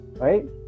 right